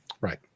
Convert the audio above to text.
right